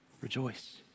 Rejoice